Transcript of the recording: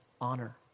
honor